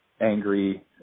angry